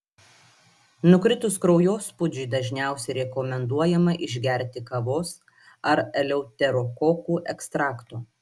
nukritus kraujospūdžiui dažniausiai rekomenduojama išgerti kavos ar eleuterokokų ekstrakto